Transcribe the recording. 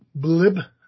blib